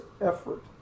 effort